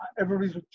everybody's